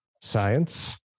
science